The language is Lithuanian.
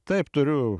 taip turiu